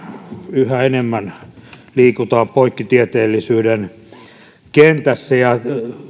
yhä enemmän liikutaan poikkitieteellisyyden kentässä ja